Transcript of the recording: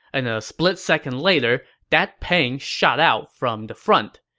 and a split second later, that pain shot out from the front.